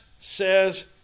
says